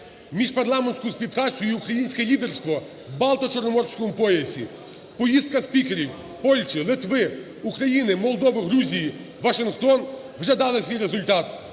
міжпарламентську співпрацю і українське лідерство в Балто-Чорноморському поясі. Поїздка спікерів Польщі, Литви, України, Молдови, Грузії у Вашингтон вже дала свій результат.